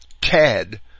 Ted